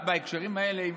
בהקשרים האלה,